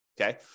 Okay